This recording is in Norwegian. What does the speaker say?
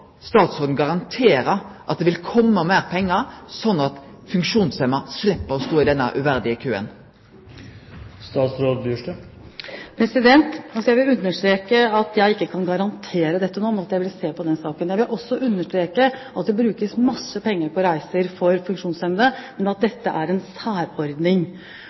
statsråden no garantere at det vil komme meir pengar, slik at funksjonshemma slepp å stå i denne uverdige køen? Jeg vil understreke at jeg ikke kan garantere dette nå, men at jeg vil se på saken. Jeg vil også understreke at det brukes masse penger på reiser for funksjonshemmede, men at dette er en særordning.